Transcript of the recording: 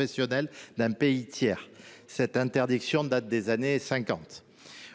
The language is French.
une disposition qui date des années 1950.